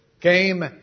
came